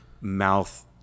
mouth